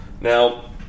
Now